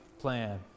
plan